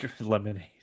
lemonade